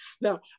Now